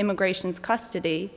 immigrations custody